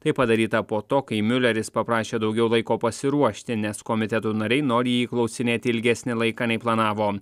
tai padaryta po to kai miuleris paprašė daugiau laiko pasiruošti nes komiteto nariai nori jį klausinėti ilgesnį laiką nei planavo